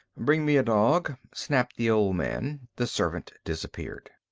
bring me a dog, snapped the old man. the servant disappeared.